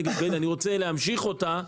הנגב והגליל ואני רוצה להמשיך אותה,